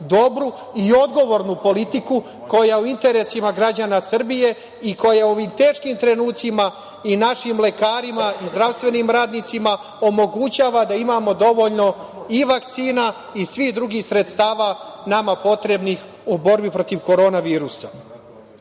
dobru i odgovornu politiku, koja je u interesima građana Srbije i koja u ovim teškim trenucima i našim lekarima i zdravstvenim radnicima omogućava da imamo dovoljno i vakcina i svih drugih sredstava nama potrebnih u borbi protiv korona virusa. Što